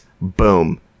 Boom